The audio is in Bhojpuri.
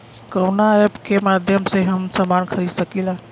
कवना ऐपके माध्यम से हम समान खरीद सकीला?